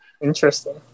Interesting